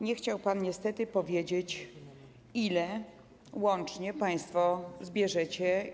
Nie chciał pan niestety powiedzieć, ile łącznie państwo zbierzecie.